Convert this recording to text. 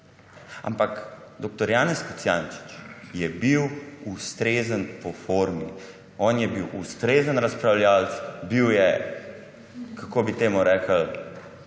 Ampak dr. Janez Kocijančič je bil ustrezen po formi. On je bil ustrezen razpravljavec, bil je, kako bi temu rekli,